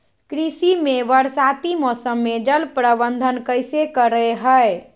कृषि में बरसाती मौसम में जल प्रबंधन कैसे करे हैय?